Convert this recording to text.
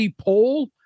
poll